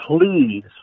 please